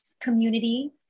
Community